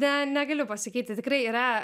ne negaliu pasakyti tikrai yra